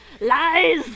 Lies